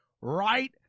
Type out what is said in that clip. right